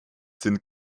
sind